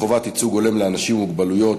חובת ייצוג הולם לאנשים עם מוגבלות),